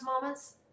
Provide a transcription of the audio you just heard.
moments